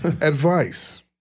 Advice